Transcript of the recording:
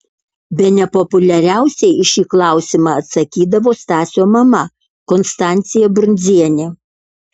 bene populiariausiai į šį klausimą atsakydavo stasio mama konstancija brundzienė